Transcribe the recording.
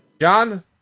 John